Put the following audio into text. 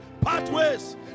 pathways